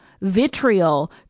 vitriol